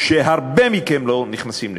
שהרבה מכם לא נכנסים אליהם,